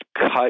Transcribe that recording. cut